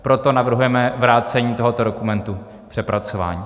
Proto navrhujeme vrácení tohoto dokumentu k přepracování.